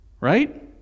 Right